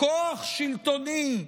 כוח שלטוני,